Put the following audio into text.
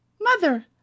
Mother